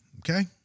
Okay